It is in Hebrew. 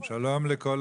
שלום לכל